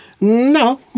No